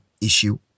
issue